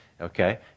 okay